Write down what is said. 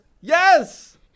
Yes